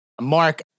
Mark